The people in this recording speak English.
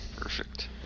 Perfect